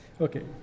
Okay